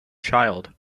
child